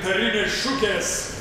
gintarinės šukės